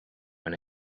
when